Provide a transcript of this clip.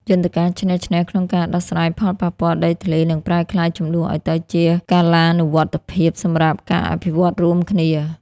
យន្តការ "ឈ្នះ-ឈ្នះ" ក្នុងការដោះស្រាយផលប៉ះពាល់ដីធ្លី នឹងប្រែក្លាយជម្លោះឱ្យទៅជាកាលានុវត្តភាពសម្រាប់ការអភិវឌ្ឍរួមគ្នា។